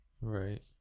Right